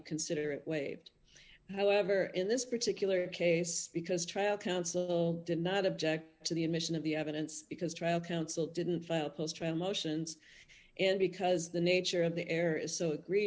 consider it waived however in this particular case because trial counsel did not object to the admission of the evidence because trial counsel didn't file post trial motions and because the nature of the air is so egre